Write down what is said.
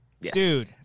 dude